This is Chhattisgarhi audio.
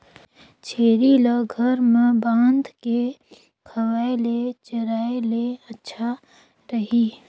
छेरी ल घर म बांध के खवाय ले चराय ले अच्छा रही?